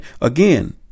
again